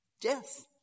Death